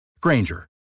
Granger